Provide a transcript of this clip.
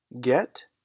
Get